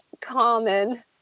common